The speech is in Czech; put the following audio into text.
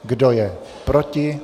Kdo je proti?